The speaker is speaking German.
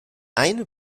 eine